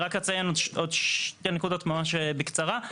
רק אציין עוד שתי נקודות ממש בקצרה.